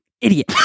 idiot